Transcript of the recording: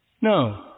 No